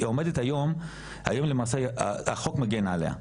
עומדת היום למעשה במצב שבו החוק מגן עלייה.